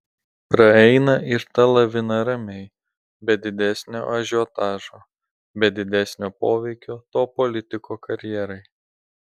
praeina ir ta lavina ramiai be didesnio ažiotažo be didesnio poveikio to politiko karjerai